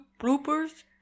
bloopers